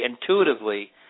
intuitively